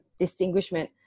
distinguishment